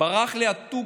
ברח לי התוכי.